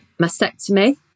mastectomy